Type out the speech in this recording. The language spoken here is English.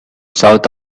south